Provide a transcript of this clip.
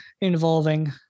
involving